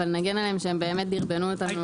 אבל נגן עליהם שהם באמת דרבנו אותנו לסיים עם המכרז.